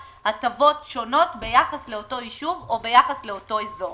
הטבות שונות ביחס לאותו ישוב או ביחס לאותו אזור.